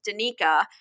Danica